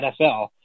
NFL